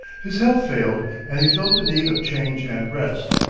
his health failed, and he felt the need of change and rest.